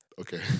Okay